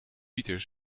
pieter